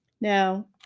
Now